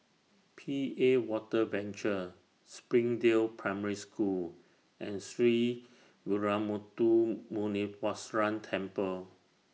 P A Water Venture Springdale Primary School and Sree Veeramuthu Muneeswaran Temple